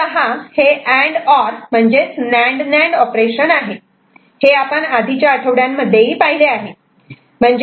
मुळतः हे and or म्हणजेच नॅन्ड नॅन्ड ऑपरेशन आहे हे आपण आधीच्या आठवड्यांमध्ये ही पाहिले आहे